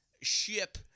ship